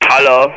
Hello